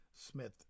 Smith